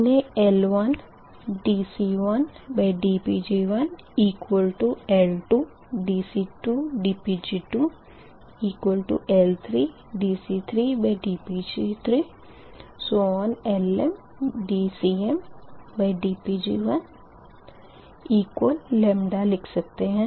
इन्हें L1dC1dPg1L2dC2dPg2L3dC3dPg3LmdCmdPgmλ लिख सकते है